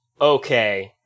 Okay